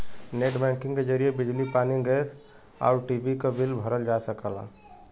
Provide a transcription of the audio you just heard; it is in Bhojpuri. नेट बैंकिंग के जरिए बिजली पानी गैस आउर टी.वी क बिल भरल जा सकला